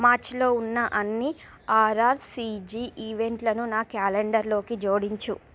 మార్చిలో ఉన్న అన్ని ఆర్ఆర్సిజి ఈవెంట్లను నా క్యాలెండర్లోకి జోడించు